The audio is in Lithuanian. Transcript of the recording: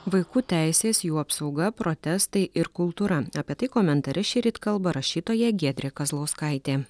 vaikų teisės jų apsauga protestai ir kultūra apie tai komentare šįryt kalba rašytoja giedrė kazlauskaitė